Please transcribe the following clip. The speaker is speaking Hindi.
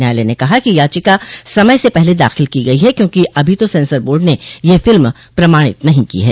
न्यायालय ने कहा कि याचिका समय से पहले दाखिल की गई है क्योंकि अभी तो सेंसर बोर्ड ने यह फिल्म प्रमाणित नही को है